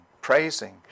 praising